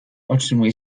otrzymuje